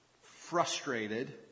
frustrated